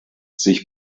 sich